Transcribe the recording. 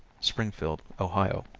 springfield, ohio.